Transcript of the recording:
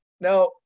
Now